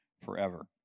forever